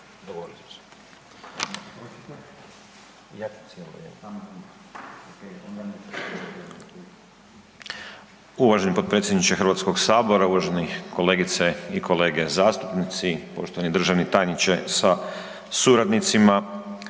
Uvaženi potpredsjedniče HS-a, uvažene kolegice i kolege zastupnici, poštovani državni tajniče sa suradnicima.